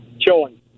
chilling